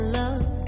love